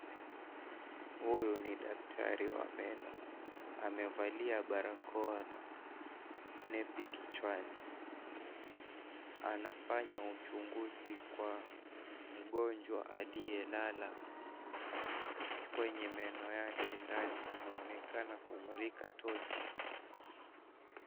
Huyu ni daktari wa meno amevalia barakoa na neti kichwani anafanya uchunguzi kwa mgonjwa aliyelala kwenye meno yake ndani anaonekana kumlika tochi.